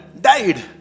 died